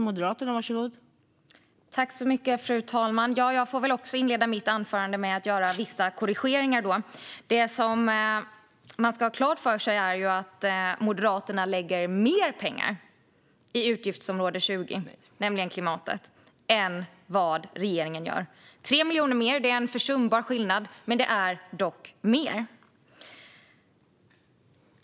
Fru talman! Jag får också inleda mitt anförande med att göra vissa korrigeringar. Det som man ska ha klart för sig är att Moderaterna lägger mer pengar på utgiftsområde 20 Klimatet än vad regeringen gör. Det är en försumbar skillnad med 3 miljoner mer, men det är dock mer.